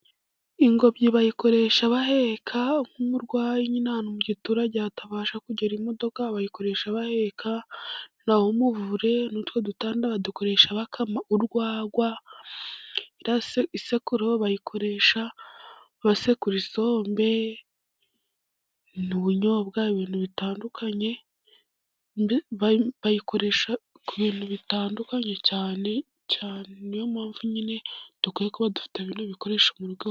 Ingobyi bayikoresha baheka nk'umurwayi nyine ahantu mu giturage hatabasha kugera imodoka bayikoresha baheka, naho umuvure n'utwo dutanda badukoresha bakama urwagwa, isekuro bayikoresha basekura isombe n'ubunyobwa, ibintu bitandukanye, bayikoresha ku bintu bitandukanye cyane, niyo mpamvu nyine dukwiye kuba dufite bino bikoresho mu rugo iwacu.